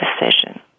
decision